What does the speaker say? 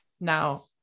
now